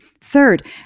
Third